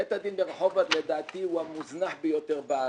בית הדין ברחובות, לדעתי, הוא המוזנח ביותר בארץ,